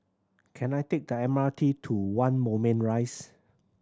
can I take the M R T to One Moulmein Rise